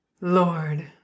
Lord